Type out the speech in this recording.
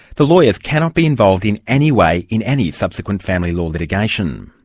the lawyers cannot be involved in any way in any subsequent family law litigation.